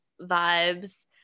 vibes